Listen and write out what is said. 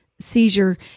seizure